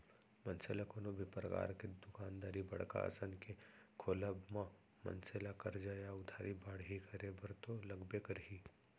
मनसे ल कोनो भी परकार के दुकानदारी बड़का असन के खोलब म मनसे ला करजा या उधारी बाड़ही करे बर तो लगबे करही